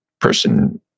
person